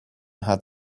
had